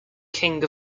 king